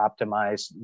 optimize